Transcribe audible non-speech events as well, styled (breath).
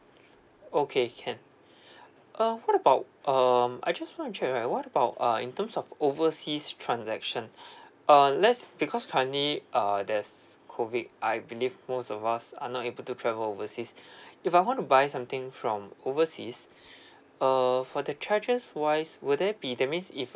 okay can (breath) uh what about um I just want to check right what about uh in terms of overseas transaction (breath) uh let's because currently uh there's COVID I believe most of us are not able to travel overseas (breath) if I want to buy something from overseas (breath) uh for the charges wise will there be that means if